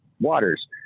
waters